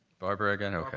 barbara? go ahead.